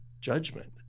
judgment